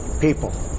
people